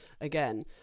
again